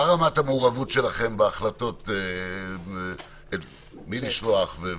מה רמת המעורבות שלכם בהחלטות את מי לשלוח?